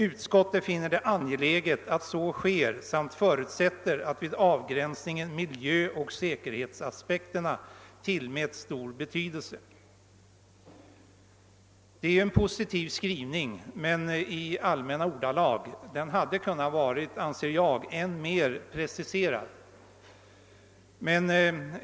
Utskottet finner det angeläget att så sker samt förutsätter att vid avgränsningen miljö och säkerhetsaspekterna tillmäts stor betydelse.» Det är en positiv skrivning, men i allmänna ordalag. Den hade enligt min mening kunnat vara än mer preciserad.